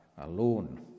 alone